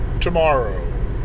tomorrow